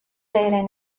غیر